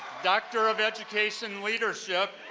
doctor of education leadership,